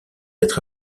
être